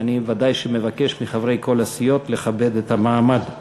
ואני ודאי מבקש מחברי כל הסיעות לכבד את המעמד.